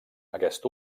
aquest